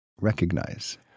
recognize